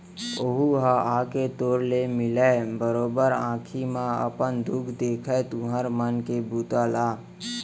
ओहूँ ह आके तोर ले मिलय, बरोबर आंखी म अपन खुद देखय तुँहर मन के बूता ल